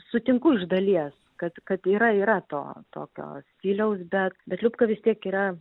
sutinku iš dalies kad kad yra yra to tokio stiliaus bet bet liubka vis tiek yra